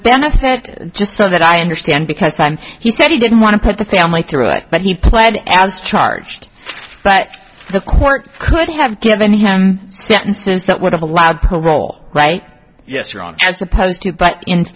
benefit just so that i understand because i'm he said he didn't want to put the family through it but he played as charged but the court could have given him sentences that would have allowed parole right yes wrong as opposed to but in